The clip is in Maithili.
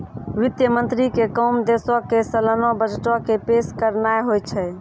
वित्त मंत्री के काम देशो के सलाना बजटो के पेश करनाय होय छै